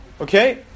Okay